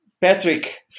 Patrick